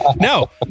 No